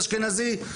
אשכנזי.